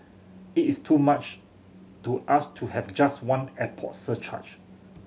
it is too much to ask to have just one airport surcharge